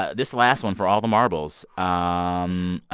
ah this last one, for all the marbles um